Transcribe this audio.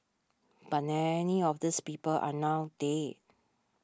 but many of these people are now dead